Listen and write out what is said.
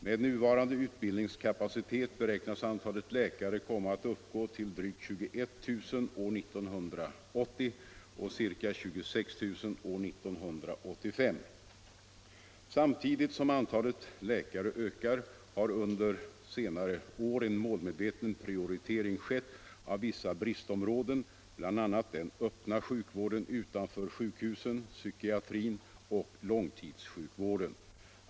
Med nuvarande utbildningskapacitet beräknas antalet läkare komma att uppgå till drygt 21000 år 1980 och ca 36 000 år 1985. Samtidigt som antalet läkare ökat har under senare år en målmedveten prioritering skett av vissa bristområden, bl.a. den öppna sjukvården utanför sjukhusen, psykiatrin och långtidssjukvården.